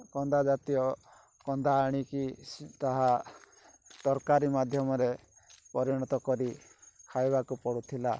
କନ୍ଦା ଜାତୀୟ କନ୍ଦା ଆଣିକି ତାହା ତରକାରୀ ମାଧ୍ୟମରେ ପରିଣତ କରି ଖାଇବାକୁ ପଡୁଥିଲା